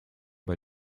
bei